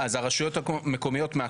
אז הרשויות המקומיות מעכבות?